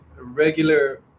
regular